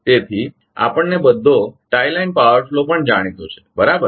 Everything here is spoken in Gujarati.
તેથી આપણને બધો ટાઇ લાઇન પાવર ફ્લો પણ જાણીતો છે બરાબર